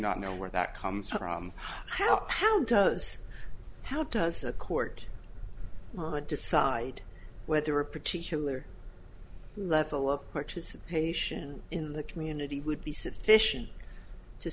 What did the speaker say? not know where that comes from how how does how does a court decide whether a particular level of participation in the community would be sufficient to